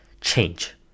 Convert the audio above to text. change